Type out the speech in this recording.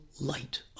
light